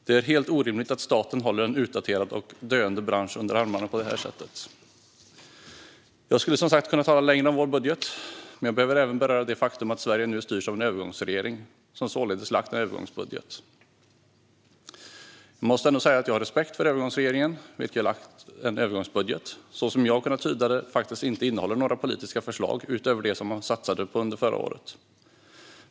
Det är helt orimligt att staten håller en daterad och döende bransch under armarna på detta sätt. Jag skulle, som sagt, kunna tala längre om vår budget. Men jag behöver även beröra det faktum att Sverige nu styrs av en övergångsregering, som således har lagt fram en övergångsbudget. Jag måste ändå säga att jag har respekt för övergångsregeringen, som har lagt fram en övergångsbudget som - som jag har kunnat tyda det - faktiskt inte innehåller några politiska förslag utöver det som man satsade på under förra året.